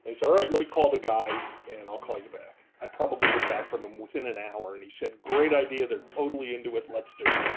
alright, let me call the guys and i'll call you back. i probably heard back from them within an hour and he said, great idea. they're totally into it. let's do it.